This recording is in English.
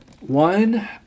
one